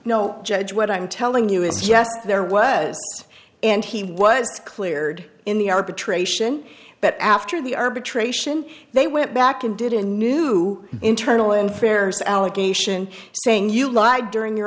no judge what i'm telling you is just there was yes and he was cleared in the arbitration but after the arbitration they went back and did a new internal and phares allegation saying you lied during your